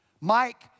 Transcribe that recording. Mike